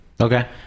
Okay